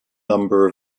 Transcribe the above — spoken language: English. number